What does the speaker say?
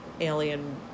alien